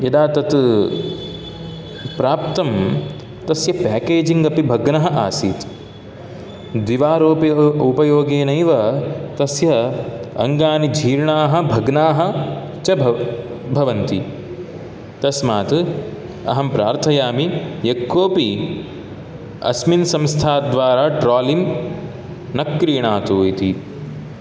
यदा तत् प्राप्तं तस्य पेकेजिंग् अपि भग्नः आसीत् द्विवारोपि उपयोगेनैव तस्य अङ्गानि जीर्णाः भग्नाः च भ भवन्ति तस्मात् अहं प्रार्थयामि यः कोऽपि अस्मिन् संस्थाद्वारा ट्रोलिं न क्रीणातु इति